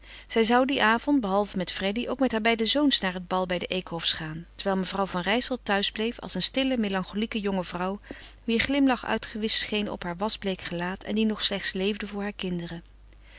zij zou dien avond behalve met freddy ook met haar beide zoons naar het bal bij de eekhofs gaan terwijl mevrouw van rijssel thuis bleef als een stille melancholieke jonge vrouw wier glimlach uitgewischt scheen op haar wasbleek gelaat en die nog slechts leefde voor haar kinderen